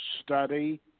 study